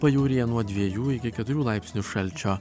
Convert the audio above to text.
pajūryje nuo dviejų iki keturių laipsnių šalčio